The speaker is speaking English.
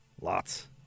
Lots